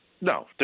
No